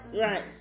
Right